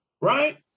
right